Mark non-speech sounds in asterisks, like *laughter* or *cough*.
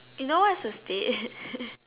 you know what's a state *laughs*